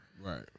Right